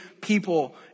people